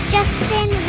Justin